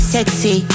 Sexy